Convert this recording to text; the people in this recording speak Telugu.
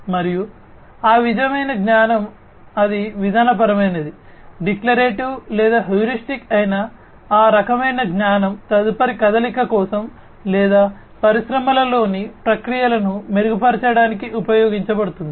మరియు ఆ విధమైన జ్ఞానం అది విధానపరమైనది డిక్లరేటివ్ లేదా హ్యూరిస్టిక్ అయినా ఆ రకమైన జ్ఞానం తదుపరి కదలిక కోసం లేదా పరిశ్రమలలోని ప్రక్రియలను మెరుగుపరచడానికి ఉపయోగించబడుతుంది